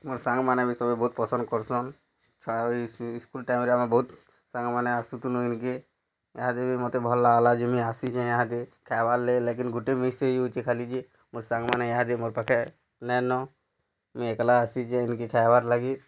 ମୋର୍ ସାଙ୍ଗମାନେ ବି ସବୁ ବହୁତ ପସନ୍ଦ କରୁସନ୍ ସ୍କୁଲ୍ ଟାଇମ୍ରେ ଆମେ ବହୁତ ସାଙ୍ଗମାନେ ଆସିଥିନୁ ଏଣିକେ ଆର୍ ବି ମୋତେ ଭଲ ଲାଗ୍ଲା ଯେ ମୁଁ ଆସିଛେଁ ଇହାକେ ଖାଇବାର୍ ଲାଗି ଲେକିନ୍ ଗୁଟେ ମିସ୍ ହେଇଯାଉଛି ଖାଲି ଯେ ମୋର୍ ସାଙ୍ଗମାନେ ଇହାଦି ମୋର୍ ପାଖେ ନାଇଁ ନ ମୁଇଁ ଏକେଲା ଆସିଛି ହେନ୍କେ ଖାଇବାର୍ ଲାଗି